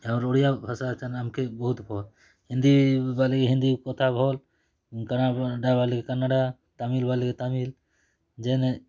ଆମର୍ ଓଡ଼ିଆ ଭାଷା ଯେନ୍ ଆମକେ ବହୁତ୍ ଭଲ୍ ହିନ୍ଦୀ ବାଲେ ହିନ୍ଦୀ କଥା ଭଲ୍ କାନାଡ଼ା ବାଲେ କାନାଡ଼ା ତାମିଲ୍ ବାଲେ ତାମିଲ୍ ଯେନ୍